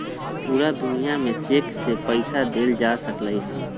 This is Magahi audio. पूरा दुनिया में चेक से पईसा देल जा सकलई ह